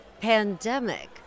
Pandemic